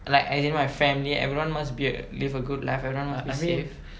like as in my family everyone must be a live a good life everyone must be safe